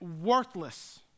worthless